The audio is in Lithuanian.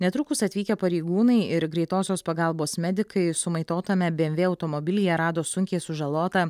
netrukus atvykę pareigūnai ir greitosios pagalbos medikai sumaitotame bmw automobilyje rado sunkiai sužalotą